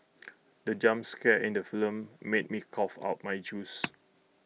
the jump scare in the film made me cough out my juice